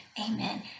Amen